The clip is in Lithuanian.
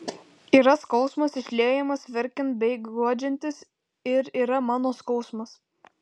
yra skausmas išliejamas verkiant bei guodžiantis ir yra mano skausmas